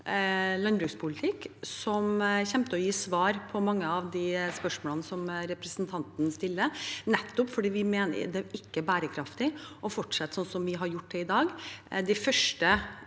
landbrukspolitikk, som kommer til å gi svar på mange av de spørsmålene som representanten stiller, nettopp fordi vi mener det ikke er bærekraftig å fortsette som vi har gjort til i dag.